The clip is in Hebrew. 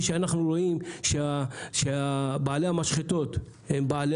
אנחנו רואים שבעלי המשחטות הם גם בעלי